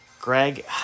Greg